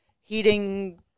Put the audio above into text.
heating